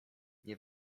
nie